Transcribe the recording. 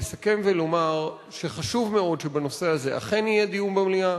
לסכם ולומר שחשוב מאוד שבנושא הזה אכן יהיה דיון במליאה